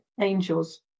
angels